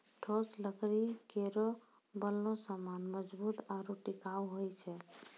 ठोस लकड़ी केरो बनलो सामान मजबूत आरु टिकाऊ होय छै